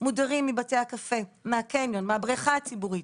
מודרים מבתי הקפה, מהקניון, מהבריכה הציבורית.